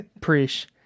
Preach